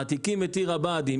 מעתיקים את עיר הבה"דים.